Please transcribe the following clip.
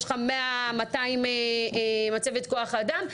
יש לך 100 או 200 מצבת כוח האדם,